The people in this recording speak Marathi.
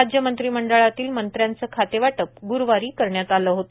राज्य मंत्रिमंडळातील मंत्र्यांचे खातेवाटप गुरूवारी करण्यात आले होते